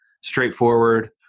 straightforward